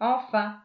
enfin